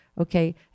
okay